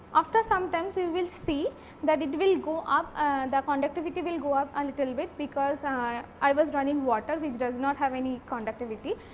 after sometimes we will see that it will go up the conductivity will go up a little bit because i i was running water which does not have any conductivity,